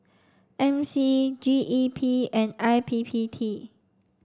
M C G E P and I P P T